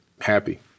happy